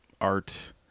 art